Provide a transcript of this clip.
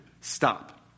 stop